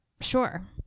Sure